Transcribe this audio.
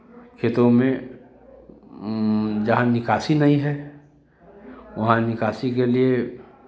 खेतों में जहाँ निकासी नहीं है वहाँ निकासी के लिए